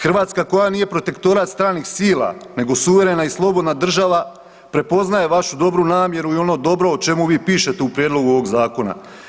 Hrvatska koja nije protektorat stranih sila nego suverena i slobodna država prepoznaje vašu namjeru i ono dobro o čemu vi pišete u prijedlogu ovog zakona.